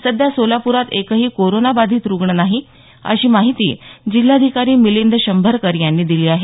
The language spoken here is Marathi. सध्या सोलापुरात एकही कोरोना बाधित रुग्ण नाहीत अशी माहिती जिल्हाधिकारी मिलिंद शंभरकर यांनी दिली आहे